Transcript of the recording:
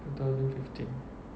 two thousand fifteen